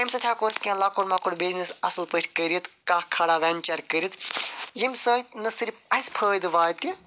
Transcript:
اَمہِ سۭتۍ ہٮ۪کو أسۍ کینٛہہ لۄکُٹ مۄکُٹ بِزنِس اصل پٲٹھۍ کٔرِتھ کانٛہہ کھَڑا ویٚنچَر کٔرِتھ ییٚمہِ سۭتۍ نہ صرف اَسہِ فٲیدٕ واتہِ